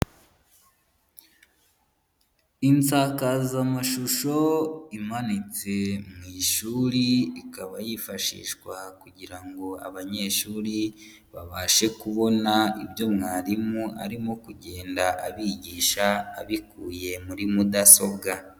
Insakazamashusho imanitse mu ishuri, ikaba yifashishwa kugira ngo abanyeshuri babashe kubona ibyo mwarimu arimo kugenda abigisha, abikuye muri mudasobwa.